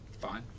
fine